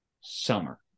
summer